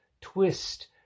twist